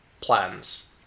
plans